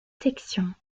sections